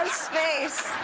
space.